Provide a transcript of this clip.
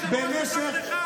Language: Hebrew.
זו היהדות האמיתית,